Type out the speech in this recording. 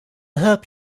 help